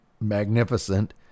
magnificent